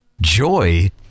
JOY